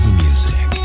music